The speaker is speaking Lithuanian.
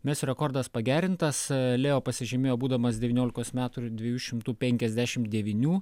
mesio rekordas pagerintas lėjo pasižymėjo būdamas devyniolikos metų ir dviejų šimtų penkiasdešim devynių